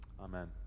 Amen